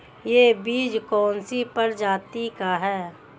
यह बीज कौन सी प्रजाति का है?